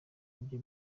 ibye